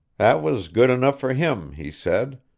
that was good enough for him, he said.